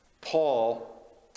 Paul